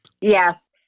Yes